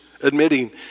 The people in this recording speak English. admitting